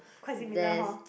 quite similar hor